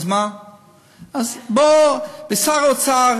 שר האוצר